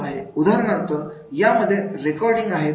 उदाहरणार्थ यामध्ये रेकॉर्डिंग आहेत